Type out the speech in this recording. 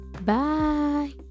bye